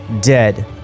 dead